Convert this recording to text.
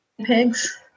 ...pigs